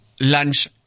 lunch